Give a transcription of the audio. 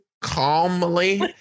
calmly